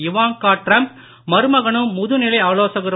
Ivanka Trump மருமகனம் முதுநிலை திரு